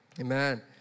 Amen